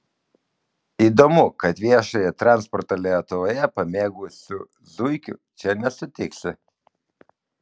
įdomu kad viešąjį transportą lietuvoje pamėgusių zuikių čia nesutiksi